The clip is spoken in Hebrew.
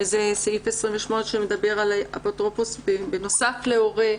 סעיף 28 שמדבר על אפוטרופוס בנוסף להורה,